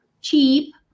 cheap